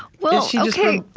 well, ok,